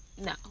no